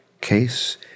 case